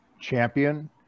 champion